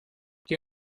die